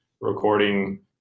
recording